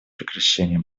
прекращение